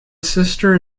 sister